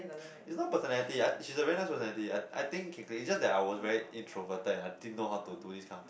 it's not personality I she's a very nice personality I I think it's just that I was very introverted and I didn't know how to do this kind of thing